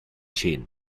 chain